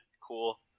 cool